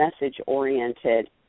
message-oriented